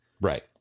Right